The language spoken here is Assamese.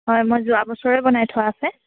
হয় মই যোৱা বছৰে বনাই থোৱা আছে